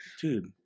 dude